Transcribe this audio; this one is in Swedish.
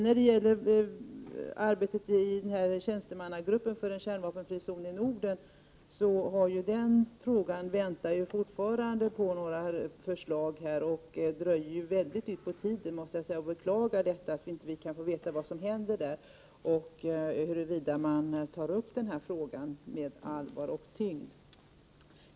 När det gäller arbetet i tjänstemannagruppen för en kärnvapenfri zon i Norden väntar vi fortfarande på förslag från den. Detta arbete drar väldigt mycket ut på tiden, och jag beklagar att vi inte kan få veta vad som händer i denna grupp och huruvida gruppen tar upp detta på allvar och med tyngd.